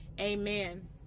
amen